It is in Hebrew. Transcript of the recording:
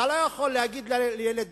אתה לא יכול להגיד לילדים: